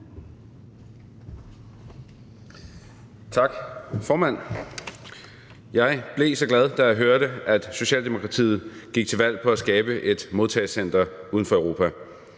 Tak, formand. Jeg blev så glad, da jeg hørte, at Socialdemokratiet gik til valg på at skabe et modtagecenter uden for Europa.